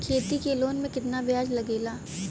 खेती के लोन में कितना ब्याज लगेला?